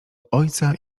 ojca